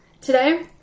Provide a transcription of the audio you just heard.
Today